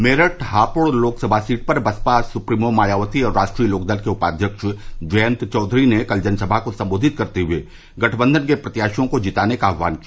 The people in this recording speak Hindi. मेरठ हापड़ लोकसभा सीट पर बसपा सुप्रीमो मायावती और राष्ट्रीय लोकदल के उपाध्यक्ष जयन्त चौधरी ने कल जनसभा को संबोधित करते हुए गठबंधन के प्रत्याशियों को जिताने का आह्वान किया